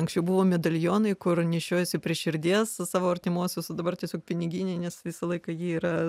anksčiau buvo medalionai kur nešiojasi prie širdies savo artimuosius o dabar tiesiog piniginėj nes visą laiką ji yra